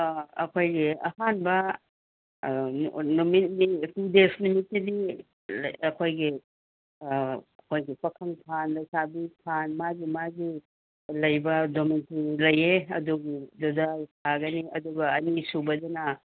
ꯑꯥ ꯑꯩꯈꯣꯏꯒꯤ ꯑꯍꯥꯟꯕ ꯅꯨꯃꯤꯠ ꯇꯨ ꯗꯦꯁ ꯅꯨꯃꯤꯠꯁꯤꯗꯤ ꯑꯩꯈꯣꯏꯒꯤ ꯑꯩꯈꯣꯏꯒꯤ ꯄꯥꯈꯪ ꯐꯥꯟ ꯂꯩꯁꯥꯕꯤ ꯐꯥꯟ ꯃꯥꯒꯤ ꯃꯥꯒꯤ ꯂꯩꯕ ꯂꯩꯌꯦ ꯑꯗꯨꯒꯤꯗꯨꯗ ꯁꯥꯒꯅꯤ ꯑꯗꯨꯒ ꯑꯅꯤꯁꯨꯕꯗꯅ